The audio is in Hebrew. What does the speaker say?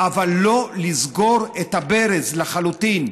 אבל לא לסגור את הברז לחלוטין.